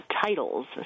titles